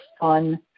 fun